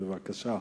בבקשה.